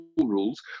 rules